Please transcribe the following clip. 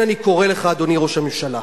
לכן אני קורא לך, אדוני ראש הממשלה,